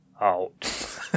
out